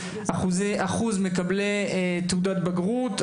אחוז מקבלי תעודת בגרות,